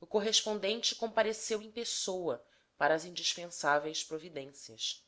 o correspondente compareceu em pessoa para as indispensáveis providências